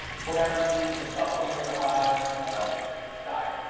whenever you need to supplement your hives diet.